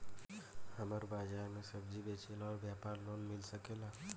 हमर बाजार मे सब्जी बेचिला और व्यापार लोन मिल सकेला?